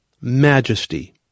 majesty